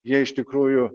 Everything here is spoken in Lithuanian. jie iš tikrųjų